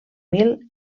mil